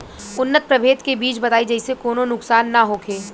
उन्नत प्रभेद के बीज बताई जेसे कौनो नुकसान न होखे?